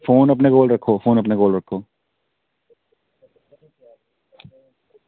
phone अपने कोल रक्खो फोन अपने कोल रक्खो